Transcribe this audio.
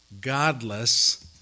godless